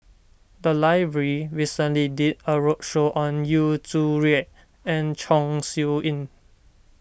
the library recently did a roadshow on Yu Zhuye and Chong Siew Ying